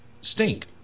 stink